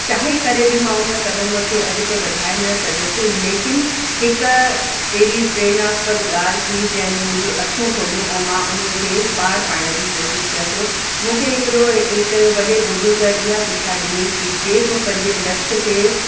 चाहे करे बि मां उन कदम खे अॻिते वधाए न सॻियसि लेकिन हिकु अहिड़ी प्रेरणा स्पर्ध ॻाल्हि थी जंहिं मुंहिंजो अखियूं खोलियुं ऐं मां उनीअ खे पाड़ पाइण जी कोशिश कयसि मूंखे हिकिड़ो हिकिड़े वॾे बुज़ुर्ग इहा सिखिया ॾिनी की जंहिं तूं पंहिंजे लक्ष्य खे